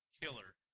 killer